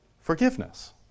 Forgiveness